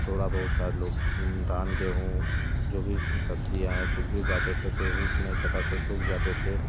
थोड़ा बहुत था लोग धान गेंहूँ जो भी सब्ज़ियाँ हैं या कुछ भी उगाते थे तो उग नहीं पता सब सूख जाते थे